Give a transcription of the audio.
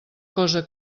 cosa